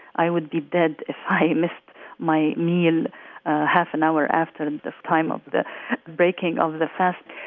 i would be dead if i missed my meal half an hour after the time of the breaking of the fast.